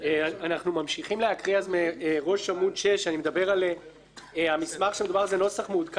ממשיכים להקריא מראש עמ' 6. אני מדבר על המסמך נוסח מעודכן מטעם